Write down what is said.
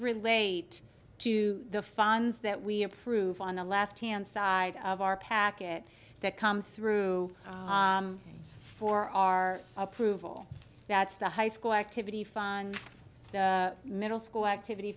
relate to the fans that we approve on the left hand side of our packet that come through for our approval that's the high school activity middle school activity